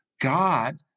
God